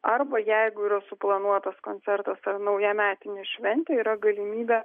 arba jeigu yra suplanuotas koncertas ar naujametinė šventė yra galimybė